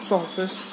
office